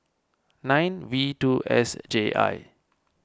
nine V two S J I